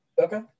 Okay